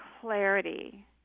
clarity